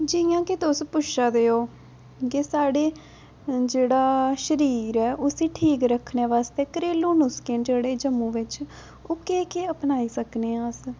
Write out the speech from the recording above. जियां के तुस पुच्छा दे ओ के साढ़े जेह्ड़ा शरीर ऐ उसी ठीक रक्खने वास्तै घरेलू नुस्खे न जेह्ड़े जम्मू बिच्च ओह् केह् केह् अपनाई सकने अस